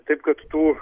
taip kad tų